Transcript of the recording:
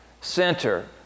center